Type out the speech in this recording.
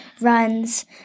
runs